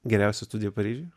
geriausia studija paryžiuje